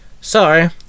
Sorry